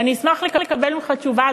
ואני אשמח לקבל ממך תשובה,